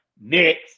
Next